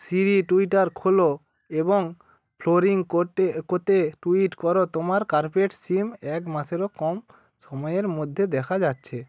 সিরি Twitter খোলো এবং ফ্লোরিংকোটে এ কোতে টুইট করো তোমার কার্পেট সিম এক মাসেরও কম সময়ের মধ্যে দেখা যাচ্ছে